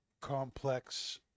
complex